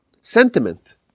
sentiment